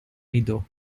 rideaux